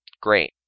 Great